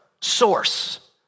source